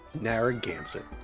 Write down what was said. Narragansett